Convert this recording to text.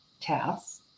tasks